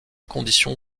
condition